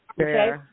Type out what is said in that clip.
Okay